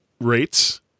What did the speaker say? rates